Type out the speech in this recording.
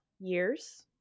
years